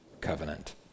covenant